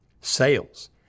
Sales